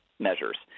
measures